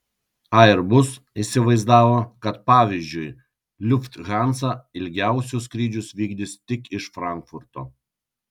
airbus įsivaizdavo kad pavyzdžiui lufthansa ilgiausius skrydžius vykdys tik iš frankfurto